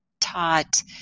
taught